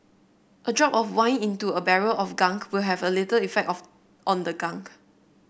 a drop of wine into a barrel of gunk will have a little effect of on the gunk